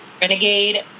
Renegade